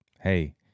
hey